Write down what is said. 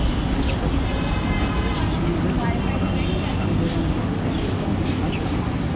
किछु पशुचारा निर्माता प्रसंस्कृत पशुचारा मे अन्य सामग्री सेहो मिलबै छै